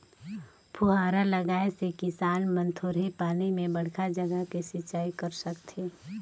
फुहारा लगाए से किसान मन थोरहें पानी में बड़खा जघा के सिंचई कर सकथें